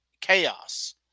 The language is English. chaos